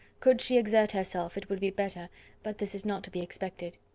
could she exert herself, it would be better but this is not to be expected.